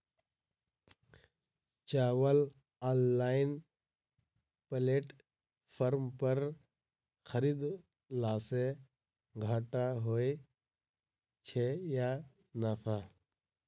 चावल online platform पर खरीदलासे घाटा होइ छै या नफा?